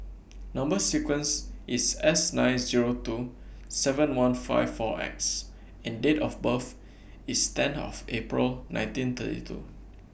Number sequence IS S nine Zero two seven one five four X and Date of birth IS ten of April nineteen thirty two